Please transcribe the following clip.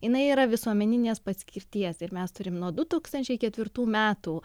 jinai yra visuomeninės paskirties ir mes turim nuo du tūkstančiai ketvirtų metų